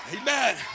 amen